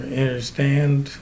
understand